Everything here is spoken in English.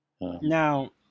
Now